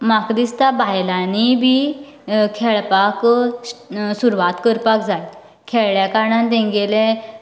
म्हाका दिसता बायलांनी बी खेळपाक सुरवात करपाक जाय खेळ्ळ्या कारणान तेंगेले